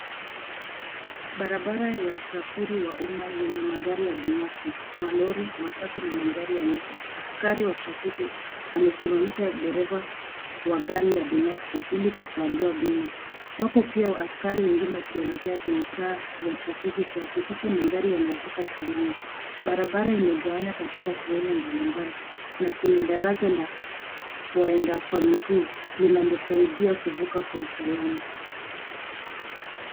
Barabara ya usafiri wa umma yenye magari ya binafsi malori, matatu na magari ya Nissan .Askari wa trafiki amesimamisha dereva wa gari ya binafsi ili kukagua bima. Wapo pia askari wengine wakielekea kwenye taa za trafiki kuhakikisha magari yanavuka salama. Barabara imegawanywa katika sehemu mbalimbali na kuna daraja la waenda kwa miguu linalosaidia kuvuka kwa usalama.